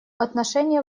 отношении